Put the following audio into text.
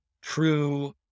true